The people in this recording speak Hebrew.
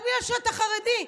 רק בגלל שאתה חרדי.